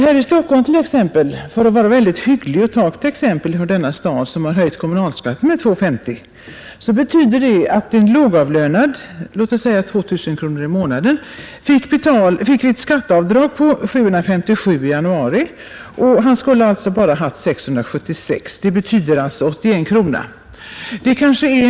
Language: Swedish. Här i Stockholm — för att vara väldigt hygglig och ta ett exempel från denna stad, som har höjt kommunalskatten med hela 2:50 kronor — fick sålunda en lågavlönad med en inkomst av låt oss säga 2 000 kronor i månaden ett skatteavdrag på 757 kronor i januari. Enligt de nya tabellerna skulle avdraget ha varit 676 kronor. Han fick alltså ut 81 kronor mindre än han skulle ha haft.